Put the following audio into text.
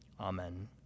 Amen